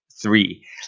three